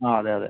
ആ അതെ അതെ